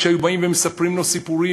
כשהיו באים ומספרים לו סיפורים,